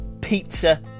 pizza